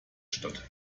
statt